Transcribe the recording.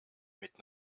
mit